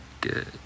good